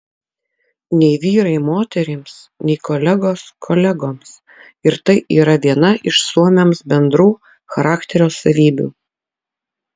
nei vyrai moterims nei kolegos kolegoms ir tai yra viena iš suomiams bendrų charakterio savybių